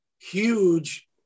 huge